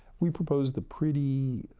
we proposed a pretty,